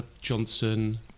Johnson